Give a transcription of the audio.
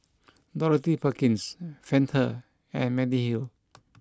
Dorothy Perkins Fanta and Mediheal